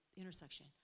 intersection